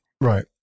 right